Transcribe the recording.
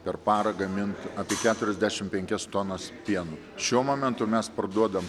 per parą gamint apie keturiasdešim penkias tonas pieno šiuo momentu mes parduodam